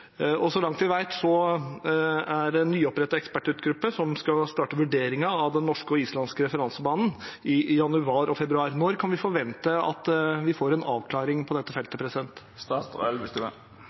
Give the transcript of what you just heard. og så langt vi vet, er det en nyopprettet ekspertgruppe som skal starte vurderingen av den norske og den islandske referansebanen, i januar og februar. Når kan vi forvente at vi får en avklaring på dette feltet?